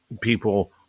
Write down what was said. people